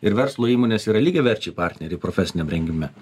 ir verslo įmonės yra lygiaverčiai partneriai profesiniam rengime